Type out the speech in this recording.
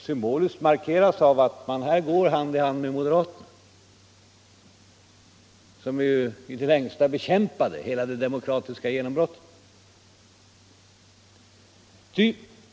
Symboliskt markeras detta av att man här går hand i hand med moderaterna, som ju i det längsta bekämpade hela det demokratiska genombrottet.